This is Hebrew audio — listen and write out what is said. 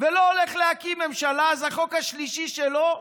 ולא הולך להקים ממשלה, אז החוק השלישי שלו: